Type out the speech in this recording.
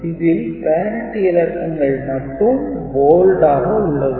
இதில் parity இலக்கங்கள் மட்டும் Bold ஆக உள்ளது